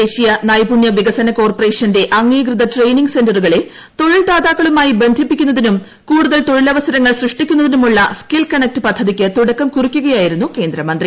ദേശീയ നൈപുണ്യ വികസന കോർപ്പറേഷന്റെ അംഗീകൃത ട്രെയിനിംഗ് സെന്ററുകളെ തൊഴിൽ ദാതാക്കളുമായി ബന്ധിപ്പിക്കുന്നതിനും കൂടുതൽ തൊഴിലവസരങ്ങൾ സൃഷ്ടിക്കുന്നതിനുമുള്ള സ്കിൽ കണക്റ്റ് പദ്ധതിക്ക് തുടക്കം കുറിക്കുകയായിരുന്നു കേന്ദ്രമന്ത്രി